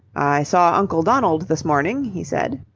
i saw uncle donald this morning, he said.